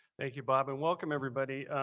thank you, bob, and welcome everybody.